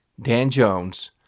danjones